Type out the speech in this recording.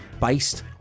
based